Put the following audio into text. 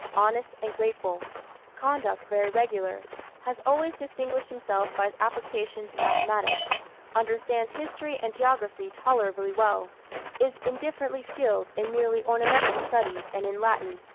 honest and grateful conduct very regular has always distinguished himself by his application to mathematics understands history and geography tolerably well is indifferently skilled in merely ornamental studies and in latin,